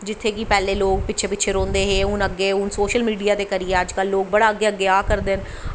जित्थें कि पैह्लें लोग पिच्छे पिच्चें रौंह्दे हे हून अग्गैं कते सोशल मीडिया ते करियै लोग अग्गैं अग्गैं आ करदे न